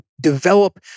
develop